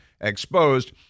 exposed